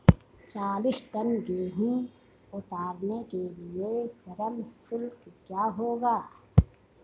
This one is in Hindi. चालीस टन गेहूँ उतारने के लिए श्रम शुल्क क्या होगा?